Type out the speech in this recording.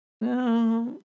no